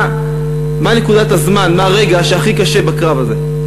מה נקודת הזמן, מה היה הרגע הכי קשה בקרב הזה?